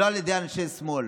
לא על ידי אנשי שמאל